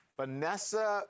Vanessa